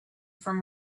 from